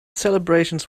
celebrations